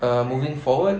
uh moving forward